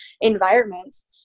environments